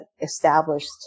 established